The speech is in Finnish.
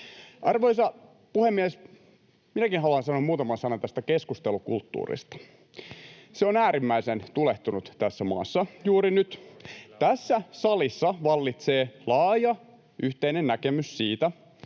Arvoisa puhemies! Minäkin haluan sanoa muutaman sanan tästä keskustelukulttuurista: Se on äärimmäisen tulehtunut tässä maassa juuri nyt. Tässä salissa vallitsee laaja yhteinen näkemys siitä,